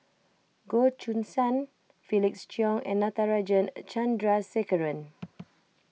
Goh Choo San Felix Cheong and Natarajan Chandrasekaran